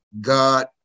God